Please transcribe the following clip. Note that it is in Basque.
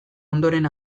ondoren